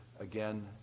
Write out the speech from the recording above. again